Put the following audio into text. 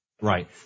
Right